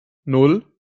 nan